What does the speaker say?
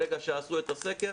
ברגע שעשו את הסקר,